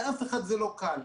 לאף אחד זה לא קל.